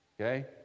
okay